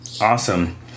Awesome